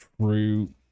true